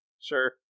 Sure